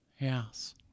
Yes